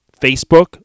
Facebook